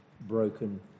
broken